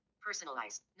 Personalized